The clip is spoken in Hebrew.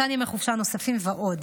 מתן ימי חופשה נוספים ועוד.